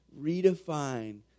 redefine